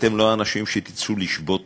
ואתם לא האנשים שיצאו לשבות